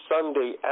Sunday